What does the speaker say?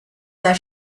their